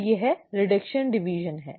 तो यह reduction division है